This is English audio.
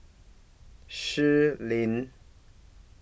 Shui Lan